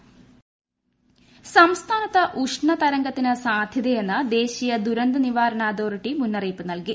കാലാവസ്ഥ സംസ്ഥാനത്ത് ഉഷ്ണതര്്ഗത്തിന് സാധ്യതയെന്ന് ദേശീയ ദുരന്ത നിവാരണ അതോറിറ്റി മുന്നറിയിപ്പ് നൽകി